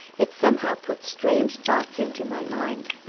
it somehow puts strange thoughts into my mind.